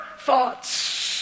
thoughts